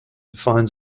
finds